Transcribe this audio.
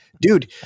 dude